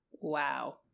Wow